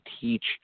teach